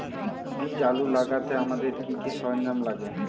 বীজ আলু লাগাতে আমাদের কি কি সরঞ্জাম লাগে?